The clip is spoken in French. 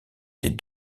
des